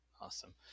Awesome